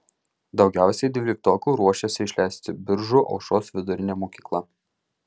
daugiausiai dvyliktokų ruošiasi išleisti biržų aušros vidurinė mokykla